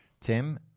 Tim